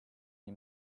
nii